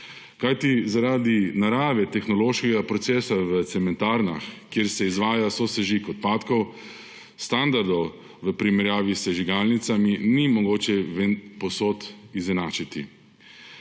Kajti zaradi narave tehnološkega procesa v cementarnah, kjer se izvaja sosežig odpadkov, standardov v primerjavi s sežigalnicami ni mogoče povsod izenačiti.